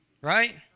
right